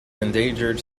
endangered